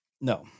No